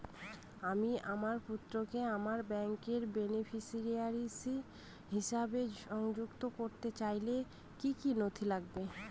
আমি আমার পুত্রকে আমার ব্যাংকের বেনিফিসিয়ারি হিসেবে সংযুক্ত করতে চাইলে কি কী নথি লাগবে?